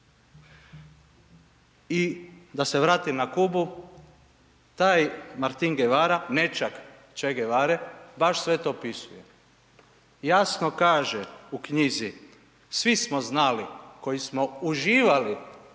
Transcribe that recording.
I da se vratim na Kubu, taj Martin Guevara, nećak Che Guevare baš sve to opisuje. Jasno kaže u knjizi, svi smo znali koji smo uživali